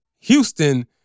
Houston